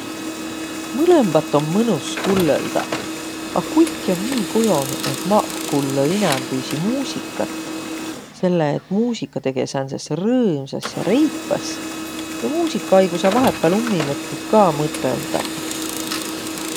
Mõlõmbat om mõnus kullõldaq, a kuiki om nii kujonuq, et maq kullõ inämbüisi muusikat, selle et muusiga tege sääntses rõõmsas ja reipäs ja muusiga aigo saa vaihõpääl ummi mõttit kah mõtõldaq.